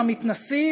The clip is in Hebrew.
המתנשאים,